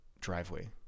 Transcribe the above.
driveway